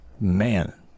man